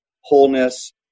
wholeness